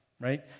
Right